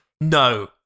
No